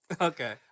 okay